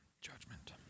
judgment